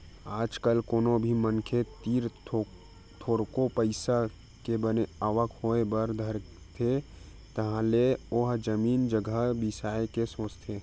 आज कल कोनो भी मनखे तीर थोरको पइसा के बने आवक होय बर धरथे तहाले ओहा जमीन जघा बिसाय के सोचथे